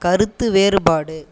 கருத்து வேறுபாடு